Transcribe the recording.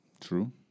True